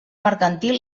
mercantil